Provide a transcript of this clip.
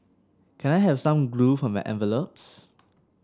can I have some glue for my envelopes